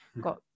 got